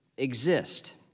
exist